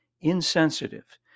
insensitive